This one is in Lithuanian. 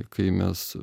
kai mes